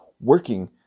working